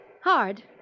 Hard